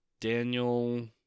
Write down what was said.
Daniel